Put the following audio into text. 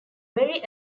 very